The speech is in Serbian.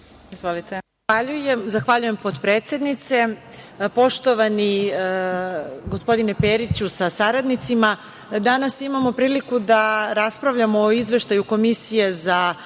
Zahvaljujem, potpredsednice. Poštovani gospodine Periću sa saradnicima, danas imamo priliku da raspravljamo o Izveštaju Komisije za